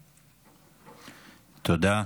תודה.